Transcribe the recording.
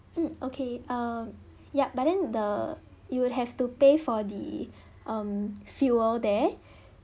mm okay um yup but then the you would have to pay for the um fuel there